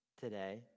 today